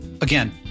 Again